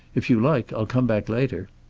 if you like i'll come back later.